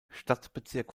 stadtbezirk